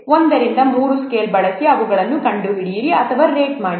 ಒಂದರಿಂದ ಮೂರು ಸ್ಕೇಲ್ ಬಳಸಿ ಅವುಗಳನ್ನು ಕಂಡುಹಿಡಿಯಿರಿ ಅಥವಾ ರೇಟ್ ಮಾಡಿ